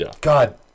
God